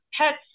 pets